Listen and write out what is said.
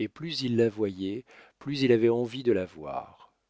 et plus il la voyait plus il avait envie de la voir